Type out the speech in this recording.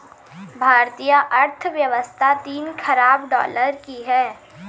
भारतीय अर्थव्यवस्था तीन ख़रब डॉलर की है